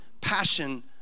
passion